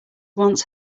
once